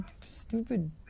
stupid